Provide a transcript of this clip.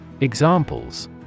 Examples